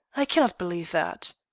i cannot believe that.